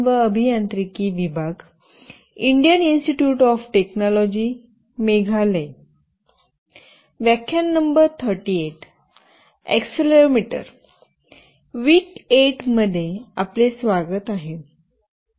weak 8 मध्ये आपले स्वागत आहे